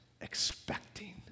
expecting